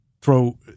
throw